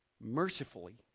mercifully